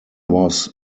was